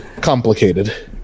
complicated